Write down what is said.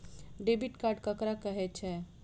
Debit card ककरा कहै छै?